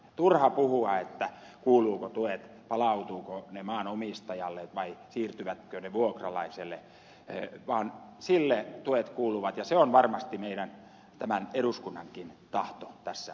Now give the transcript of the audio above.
turha puhua kuuluvatko tuet palautuvatko ne maanomistajalle vai siirtyvätkö ne vuokralaiselle vaan sille joka maata viljelee tuet kuuluvat ja se on varmasti tämän eduskunnankin tahto tässä asiassa